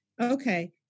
okay